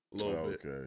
Okay